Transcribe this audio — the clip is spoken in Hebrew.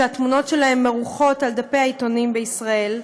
שהתמונות שלהם מרוחות על דפי העיתונים בישראל,